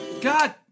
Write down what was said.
God